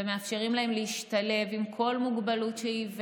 ומאפשרים להם להשתלב עם כל מוגבלות שהיא,